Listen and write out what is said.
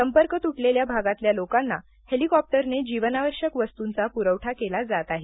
संपर्क तुटलेल्या भागातल्या लोकांना हॅलिकॉप्टरने जीवनावश्यक वस्तूंचा पुरवठा केला जात आहे